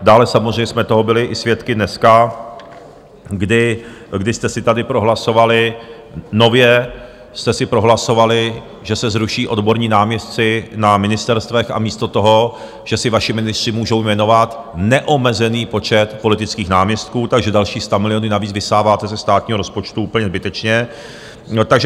Dále samozřejmě jsme toho byli svědky i dneska, kdy jste si tady prohlasovali, nově jste si prohlasovali, že se zruší odborní náměstci na ministerstvech a místo toho že si vaši ministři můžou jmenovat neomezený počet politických náměstků, takže další stamiliony navíc vysáváte ze státního rozpočtu úplně zbytečně.